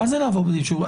מה זה לעבור בלי אישור?